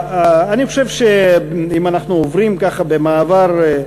אם אנחנו עוברים ככה במעבר,